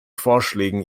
vorschlägen